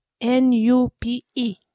N-U-P-E